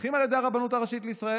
מפוקחים על ידי הרבנות הראשית לישראל,